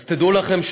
אז תדעו לכם,